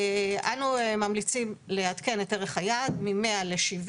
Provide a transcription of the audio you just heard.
אנו ממליצים לעדכן את ערך היעד מ-100 ל-70